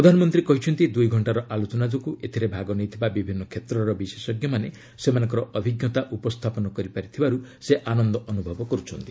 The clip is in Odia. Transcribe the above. ପ୍ରଧାନମନ୍ତ୍ରୀ କହିଛନ୍ତି ଦୁଇ ଘକ୍ଷାର ଆଲୋଚନା ଯୋଗୁଁ ଏଥିରେ ଭାଗ ନେଇଥିବା ବିଭିନ୍ନ କ୍ଷେତ୍ରର ବିଶେଷଜ୍ଞମାନେ ସେମାନଙ୍କର ଅଭିଜ୍ଞତା ଉପସ୍ଥାପନ କରିପାରିଥିବାରୁ ସେ ଆନନ୍ଦ ଆନନ୍ଦ ଅନୁଭବ କର୍ ଛନ୍ତି